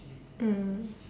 mm